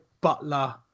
Butler